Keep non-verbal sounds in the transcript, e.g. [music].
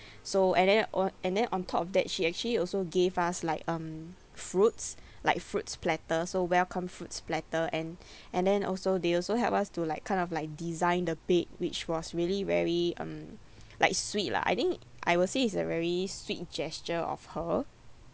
so and then on and then on top of that she actually also gave us like um fruits like fruits platter so welcome fruits platter and [breath] and then also they also helped us to like kind of like design the bed which was really very um like sweet lah I think I will say it's a very sweet gesture of her